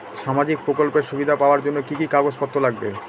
সামাজিক প্রকল্পের সুবিধা পাওয়ার জন্য কি কি কাগজ পত্র লাগবে?